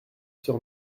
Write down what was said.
sur